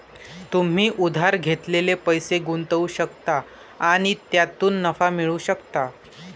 तुम्ही उधार घेतलेले पैसे गुंतवू शकता आणि त्यातून नफा मिळवू शकता